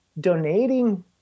donating